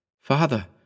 Father